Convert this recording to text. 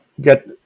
get